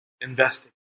investing